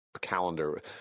calendar